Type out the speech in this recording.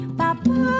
papa